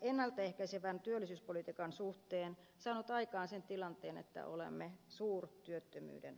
ennalta ehkäisevän työllisyyspolitiikan suhteen saanut aikaan sen tilanteen että olemme suurtyöttömyyden äärellä